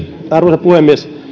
arvoisa puhemies